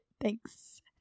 Thanks